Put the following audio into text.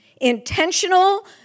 intentional